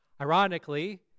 Ironically